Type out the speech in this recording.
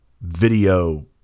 video